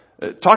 Talk